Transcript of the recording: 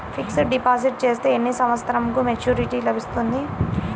Fixed deposit చేస్తే ఎన్ని సంవత్సరంకు మెచూరిటీ లభిస్తుంది?